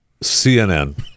CNN